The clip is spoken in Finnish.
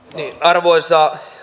arvoisa